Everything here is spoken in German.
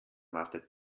wartet